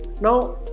now